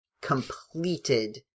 completed